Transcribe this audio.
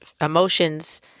emotions